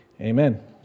Amen